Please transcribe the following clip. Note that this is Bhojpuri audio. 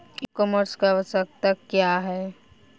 ई कॉमर्स की आवशयक्ता क्या है?